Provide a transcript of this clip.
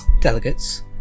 delegates